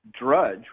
Drudge